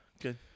Good